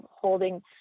holding